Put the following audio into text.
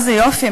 איזה יופי,